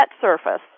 surface